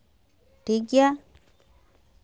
ᱴᱷᱤᱠ ᱜᱮᱭᱟ